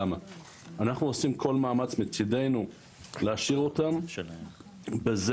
אנחנו עושים כל מאמץ מצידנו להשאיר אותם בזה